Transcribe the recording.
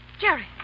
Jerry